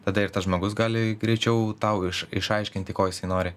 tada ir tas žmogus gali greičiau tau iš išaiškinti ko jisai nori